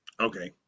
Okay